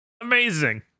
Amazing